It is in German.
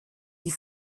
die